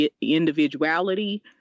individuality